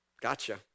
gotcha